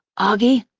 auggie,